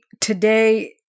today